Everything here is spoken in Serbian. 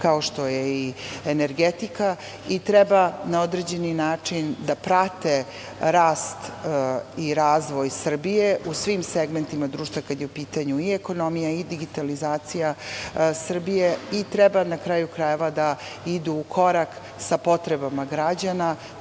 kao što je i energetika, i treba na određeni način da prate rast i razvoj Srbije u svim segmentima društva, kada je u pitanju i ekonomija i digitalizacija Srbije, i treba na kraju krajeva da idu u korak sa potrebama građana,